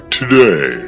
today